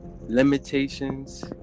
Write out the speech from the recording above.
limitations